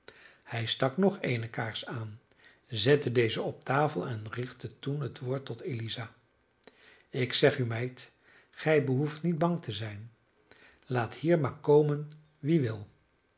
hij stak nog eene kaars aan zette deze op tafel en richtte toen het woord tot eliza ik zeg u meid gij behoeft niet bang te zijn laat hier maar komen wie wil